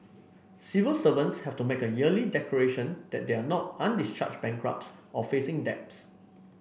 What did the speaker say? civil servants have to make a yearly declaration that they are not undischarged bankrupts or facing debts